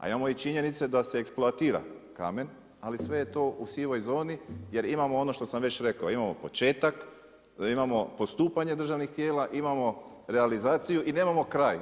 A imamo i činjenice da se eksploatira kamen, ali sve je to u sivoj zoni, jer imamo ono što sam već rekao, imamo početak, imamo postupanje državnih tijela, imamo realizaciju i nemamo kraj.